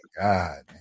God